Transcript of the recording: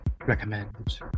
recommend